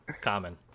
common